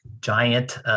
giant